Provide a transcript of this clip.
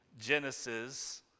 Genesis